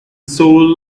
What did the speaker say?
soul